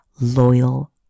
loyal